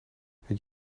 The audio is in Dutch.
het